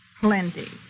Plenty